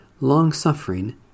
long-suffering